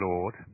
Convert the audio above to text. Lord